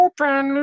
Open